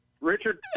Richard